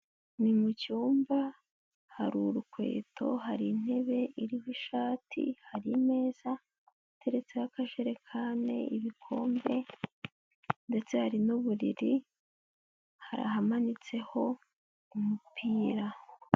Ni mu cyumba hari urukweto, hari intebe iriho ishati, hari imeza iteretseho akajekane, ibikombe ndetse hari n'uburiri hari ahamanitseho umupira.